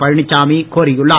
பழனிசாமி கோரியுள்ளார்